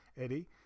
Eddie